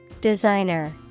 designer